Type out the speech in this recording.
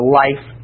life